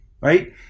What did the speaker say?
right